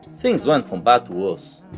things went from bad to worse.